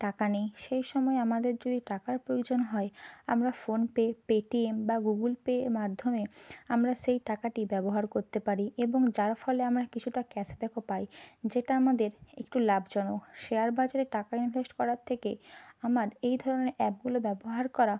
টাকা নেই সেই সময় আমাদের যদি টাকার প্রয়োজন হয় আমরা ফোনপে পেটিএম বা গুগুল পের মাধ্যমে আমরা সেই টাকাটি ব্যবহার করতে পারি এবং যার ফলে আমরা কিছুটা ক্যাশ ব্যাকও পাই যেটা আমাদের একটু লাভজনক শেয়ার বাজারে টাকা ইনভেস্ট করার থেকে আমার এই ধরনের অ্যাপগুলো ব্যবহার করা